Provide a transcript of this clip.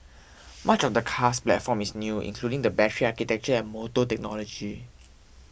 much of the car's platform is new including the battery architecture and motor technology